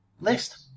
list